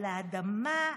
על האדמה,